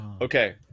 Okay